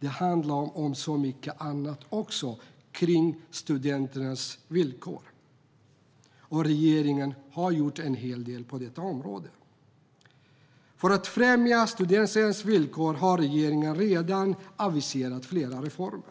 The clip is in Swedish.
Det handlar också om så mycket annat kring studenternas villkor, och regeringen har gjort en hel del på detta område. För att främja studenternas villkor har regeringen redan aviserat flera reformer.